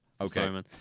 Okay